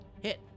Hit